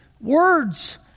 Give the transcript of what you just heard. Words